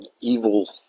evil